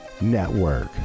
Network